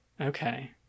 Okay